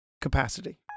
capacity